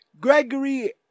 Gregory